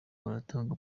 baratanga